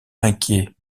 inquiet